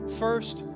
first